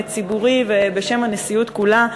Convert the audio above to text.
בשם הנשיאות כולה,